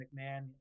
McMahon